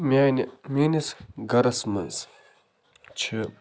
میٛانہِ میٛٲنِس گَرَس منٛز چھِ